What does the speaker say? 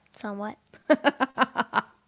Somewhat